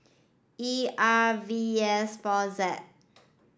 E R V S four Z